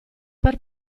per